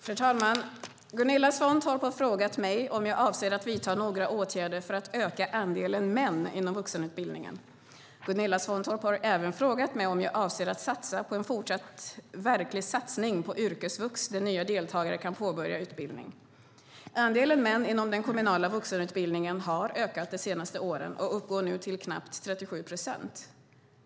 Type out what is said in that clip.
Fru talman! Gunilla Svantorp har frågat mig om jag avser att vidta några åtgärder för att öka andelen män inom vuxenutbildningen. Gunilla Svantorp har även frågat mig om jag avser att satsa på en fortsatt verklig satsning på yrkesvux där nya deltagare kan påbörja utbildning. Andelen män inom den kommunala vuxenutbildningen har ökat de senaste åren och uppgår nu till knappt 37 procent.